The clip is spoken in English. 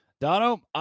Dono